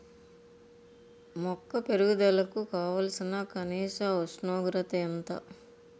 మొక్క పెరుగుదలకు కావాల్సిన కనీస ఉష్ణోగ్రత ఎంత?